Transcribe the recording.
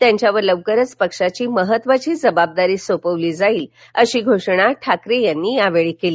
त्यांच्यावर लवकरच पक्षाची महत्त्वाची जबाबदारी सोपविली जाईल अशी घोषणा ठाकरे यांनी यावेळी केली